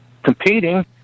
competing